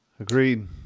Agreed